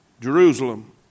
Jerusalem